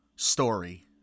Story